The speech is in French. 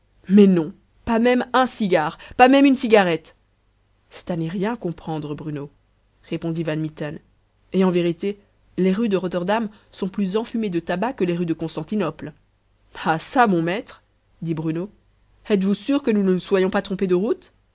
mais non pas même un cigare pas même une cigarette c'est à n'y rien comprendre bruno répondit van mitten et en vérité les rues de rotterdam sont plus enfumées de tabac que les rues de constantinople ah ça mon maître dit bruno êtes-vous sûr que nous ne nous soyons pas trompés de route